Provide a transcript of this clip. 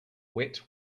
wet